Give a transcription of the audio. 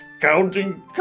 Counting